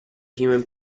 human